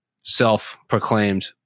self-proclaimed